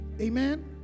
Amen